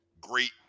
great